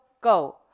go